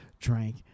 drank